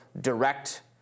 direct—